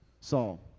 Saul